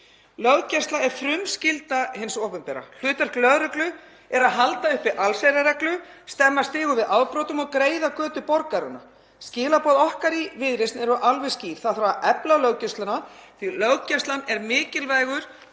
Löggæsla er frumskylda hins opinbera. Hlutverk lögreglu er að halda uppi allsherjarreglu, stemma stigu við afbrotum og greiða götu borgaranna. Skilaboð okkar í Viðreisn eru alveg skýr: Það þarf að efla löggæsluna því löggæslan er mjög mikilvægur